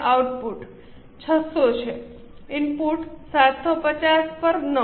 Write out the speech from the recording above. output 600 છે input 750 પર 9